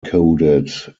coded